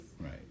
right